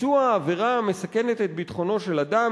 "ביצוע עבירה המסכנת את ביטחונו של אדם,